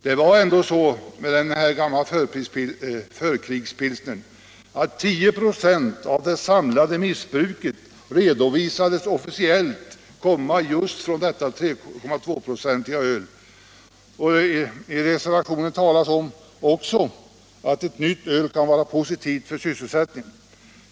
Det var ändå så med den här gamla förkrigspilsnern att 10 926 av det samlade missbruket officiellt redovisades komma just från detta 3,2 procentiga öl. I reservationen talas också om att ett nytt öl kan vara positivt för sysselsättningen.